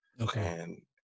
Okay